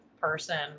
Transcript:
person